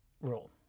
rule